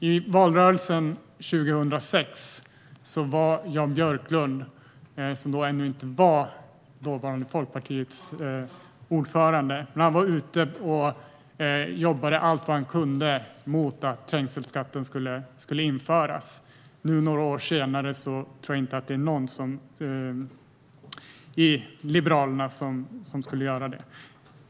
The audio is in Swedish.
I valrörelsen 2006 var Jan Björklund, som ännu inte var dåvarande Folkpartiets ordförande, ute och jobbade allt vad han kunde mot att trängselskatten skulle införas. Nu, några år senare, tror jag inte att det är någon i Liberalerna som skulle göra det.